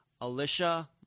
Alicia